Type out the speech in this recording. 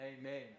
amen